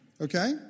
Okay